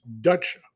Dutch